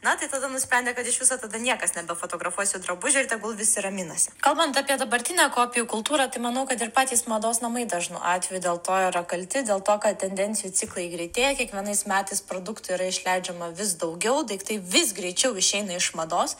na tai tada nusprendė kad iš viso tada niekas nebefotografuos jų drabužių ir tegul visi raminasi kalbant apie dabartinę kopijų kultūrą tai manau kad ir patys mados namai dažnu atveju dėl to yra kalti dėl to kad tendencijų ciklai greitėja kiekvienais metais produktų yra išleidžiama vis daugiau daiktai vis greičiau išeina iš mados